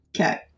okay